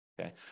Okay